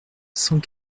cent